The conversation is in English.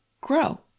grow